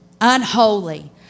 unholy